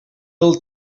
als